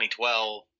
2012